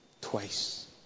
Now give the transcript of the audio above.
twice